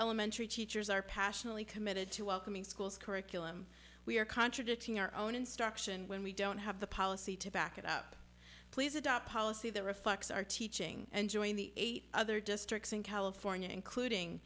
elementary teachers are passionately committed to welcoming schools curriculum we are contradicting our own instruction when we don't have the policy to back it up please adopt policy that reflects our teaching and join the eight other districts in california including